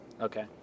Okay